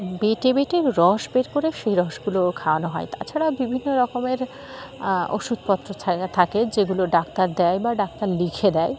বেটে বেটে রস বের করে সেই রসগুলো খাওয়ানো হয় তাছাড়াও বিভিন্ন রকমের ওষুধপত্র থাকে যেগুলো ডাক্তার দেয় বা ডাক্তার লিখে দেয়